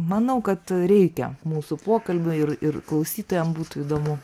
manau kad reikia mūsų pokalbiui ir ir klausytojam būtų įdomu